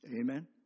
Amen